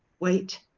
wait.